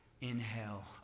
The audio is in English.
inhale